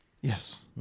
Yes